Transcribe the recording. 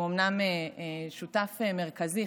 שהוא אומנם שותף מרכזי,